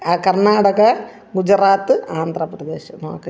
Karnataka Gujarat Andhra Pradesh okay